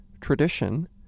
tradition